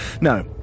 No